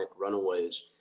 runaways